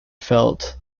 felt